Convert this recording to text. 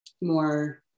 more